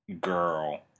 girl